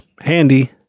handy